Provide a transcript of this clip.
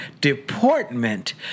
deportment